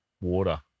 water